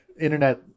Internet